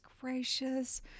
gracious